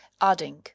adding